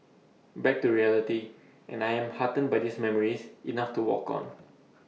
back to reality and I am heartened by these memories enough to walk on